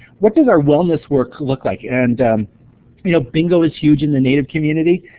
what does our wellness work look like? and you know, bingo is huge in the native community,